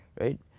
Right